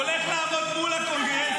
הוא הולך לעשות נאום לקונגרס.